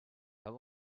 how